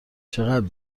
چقدر